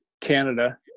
Canada